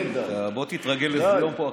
בוא תתרגל איזה יום פה,